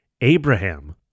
Abraham